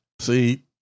See